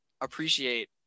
appreciate